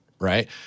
right